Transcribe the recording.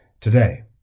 Today